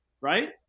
right